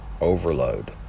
overload